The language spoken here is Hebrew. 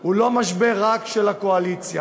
הוא לא משבר רק של הקואליציה,